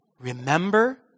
Remember